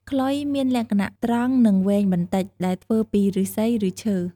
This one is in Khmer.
ខ្លុយ មានលក្ខណៈត្រង់និងវែងបន្តិច ដែលធ្វើពីឫស្សី ឬឈើ។